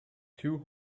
two